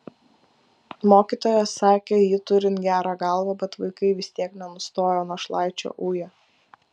mokytojas sakė jį turint gerą galvą bet vaikai vis tiek nenustojo našlaičio uję